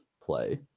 play